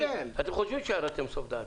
אתם חושבים שירדתם לסוף דעתי.